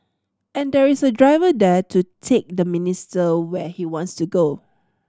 and there is a driver there to take the minister where he wants to go